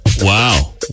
Wow